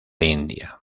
india